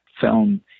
film